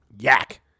Yak